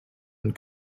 and